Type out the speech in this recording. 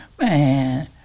man